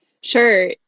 Sure